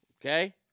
okay